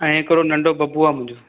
ऐं हिकिड़ो नंढो बबू आहे मुंहिंजो